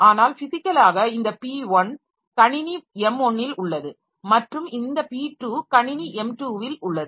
ஆனால் பிஸிக்கலாக இந்த p1 கணினி M1 இல் உள்ளது மற்றும் இந்த p2 கணினி M2 இல் உள்ளது